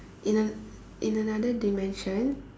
in a in another dimension